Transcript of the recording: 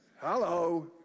Hello